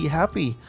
happy